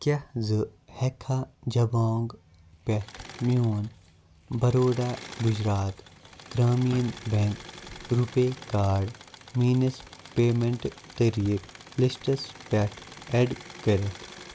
کیٛاہ زٕ ہٮ۪کِکھا جَبانٛگ پٮ۪ٹھ میٛون Baroda Gujarat Gramin bank RuPay card میٛٲنِس پیمٮ۪نٛٹ طریٖقہ لِسٹَس پٮ۪ٹھ اٮ۪ڈ کٔرِتھ